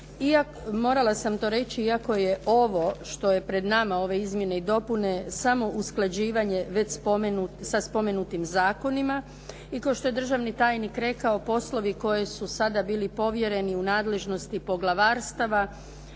iako je ovo što je pred nama ove izmjene i dopune samo usklađivanje već sa spomenutim zakonima i kao što je državni tajnik rekao, poslovi koji su sada bili povjereni u nadležnosti poglavarstava